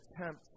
attempt